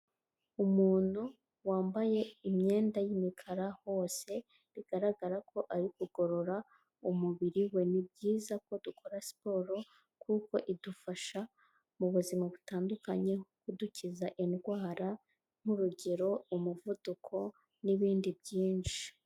Umuntu wambaye imyenda y'imikara hose, bigaragara ko ari ukugorora umubiri we. Ni byiza ko dukora siporo kuko idufasha mubu buzima butandukanye kudukiza indwara, nk'urugero umuvuduko, n'ibindi byinshi.